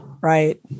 Right